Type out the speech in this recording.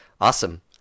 Awesome